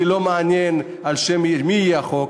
אותי לא מעניין על שם מי יהיה החוק,